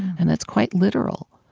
and that's quite literal.